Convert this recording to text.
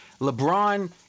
LeBron